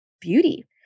beauty